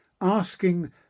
asking